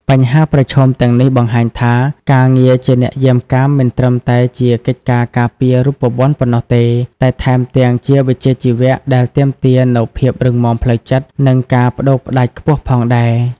បញ្ហាប្រឈមទាំងនេះបង្ហាញថា ការងារជាអ្នកយាមកាមមិនត្រឹមតែជាកិច្ចការការពាររូបវន្តប៉ុណ្ណោះទេ តែថែមទាំងជាវិជ្ជាជីវៈដែលទាមទារនូវភាពរឹងមាំផ្លូវចិត្ត និងការប្តូរផ្តាច់ខ្ពស់ផងដែរ។